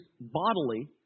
bodily